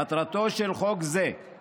מטרתו של חוק זה היא